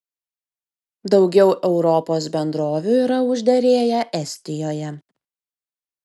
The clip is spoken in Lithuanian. daugiau europos bendrovių yra užderėję estijoje